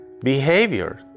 behavior